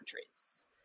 countries